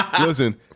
Listen